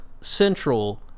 central